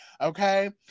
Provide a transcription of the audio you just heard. Okay